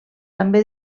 també